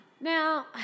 Now